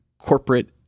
corporate